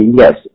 yes